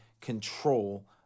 control